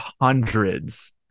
hundreds